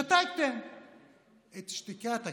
שתקתם את שתיקת הכבשים,